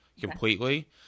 completely